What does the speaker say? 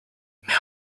mais